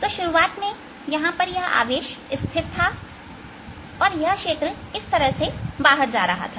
तो शुरुआत में यहां यह आवेश स्थिर था और यह क्षेत्र इस तरह से बाहर जा रहा था